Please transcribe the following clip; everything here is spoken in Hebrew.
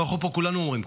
פה כולנו אומרים,